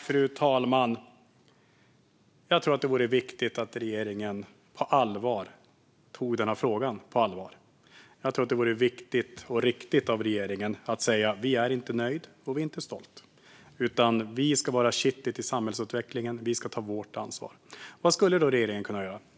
Fru talman! Jag tror att det är viktigt att regeringen tar denna fråga på allvar. Jag tror att det vore viktigt och riktigt av regeringen att säga: Vi är inte nöjda och inte stolta. Vi ska vara kittet i samhällsutvecklingen och ta vårt ansvar. Vad skulle då regeringen kunna göra?